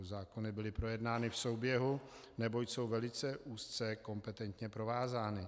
Zákony byly projednány v souběhu, neboť jsou velice úzce kompetentně provázány.